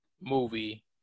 movie